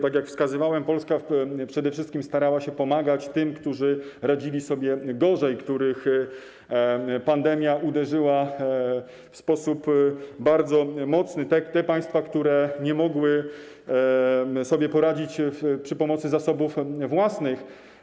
Tak jak wskazywałem, Polska przede wszystkim starała się pomagać tym, którzy radzili sobie gorzej, w których pandemia uderzyła w sposób bardzo mocny, tym państwom, które nie mogły sobie poradzić za pomocą zasobów własnych.